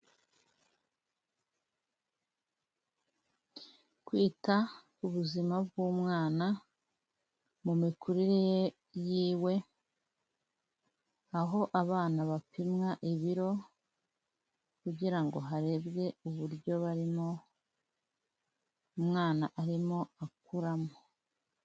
Kwita ku buzima bw'umwana mu mikurire ye, aho abana bapimwa ibiro kugira ngo harebwe uburyo umwana arimo akuramo.